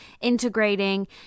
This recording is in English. integrating